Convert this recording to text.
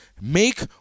make